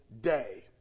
day